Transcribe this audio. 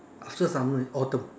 after summer is autumn